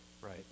right